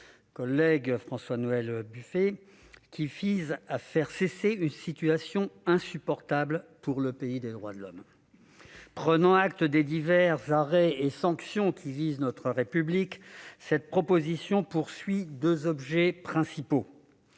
collègue François-Noël Buffet, qui vise à faire cesser une situation insupportable pour le pays des droits de l'homme. Prenant acte des divers arrêts et sanctions visant notre République, cette proposition a deux objets principaux.